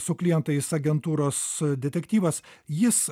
su klientais agentūros detektyvas jis